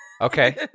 Okay